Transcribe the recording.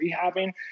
rehabbing